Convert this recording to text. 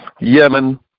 Yemen